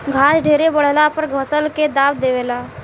घास ढेरे बढ़ला पर फसल के दाब देवे ला